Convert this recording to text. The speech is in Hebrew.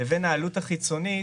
לבין העלות החיצונית,